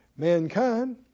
Mankind